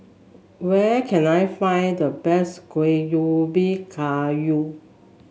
where can I find the best Kuih Ubi Kayu